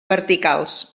verticals